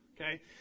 okay